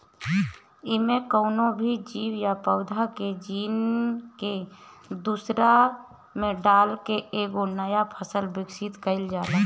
एमे कवनो भी जीव या पौधा के जीन के दूसरा में डाल के एगो नया फसल विकसित कईल जाला